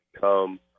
come